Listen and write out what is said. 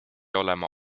olema